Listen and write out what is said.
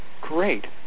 great